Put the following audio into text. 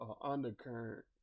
undercurrent